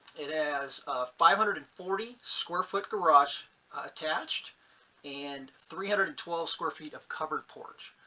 it has a five hundred and forty square foot garage attached and three hundred and twelve square feet of covered porch.